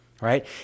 right